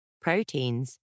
proteins